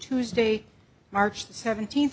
tuesday march seventeenth